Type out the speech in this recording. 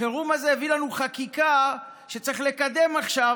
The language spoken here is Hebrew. החירום הזה הביא לנו חקיקה שצריך לקדם עכשיו,